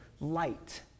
light